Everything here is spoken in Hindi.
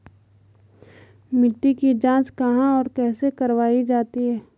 मिट्टी की जाँच कहाँ और कैसे करवायी जाती है?